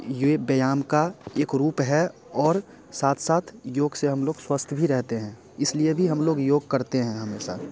ये व्यायाम का एक रूप है और साथ साथ योग से हम लोग स्वस्थ भी रहते हैं इसलिए भी हम लोग योग करते हैं हमेशा